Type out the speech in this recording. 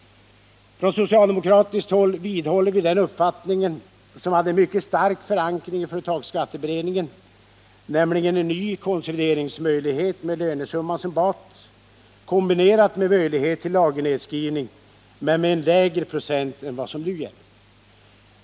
På socialdemokratiskt håll vidhåller vi den uppfattning som hade en mycket stark förankring i företagsskatteberedningen, nämligen att man bör införa en ny konsolideringsmöjlighet med lönesumman som bas, kombinerad med möjlighet till lagernedskrivning, ehuru med ett lägre procenttal än vad som nu gäller.